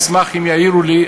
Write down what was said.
אשמח אם יעירו לי,